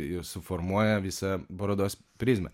ir suformuoja visą parodos prizmę